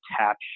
attach